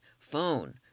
Phone